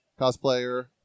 cosplayer